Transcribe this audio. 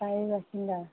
স্থায়ী বাসিন্দাৰ